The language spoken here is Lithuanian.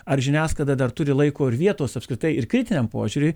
ar žiniasklaida dar turi laiko ir vietos apskritai ir kritiniam požiūriui